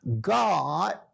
God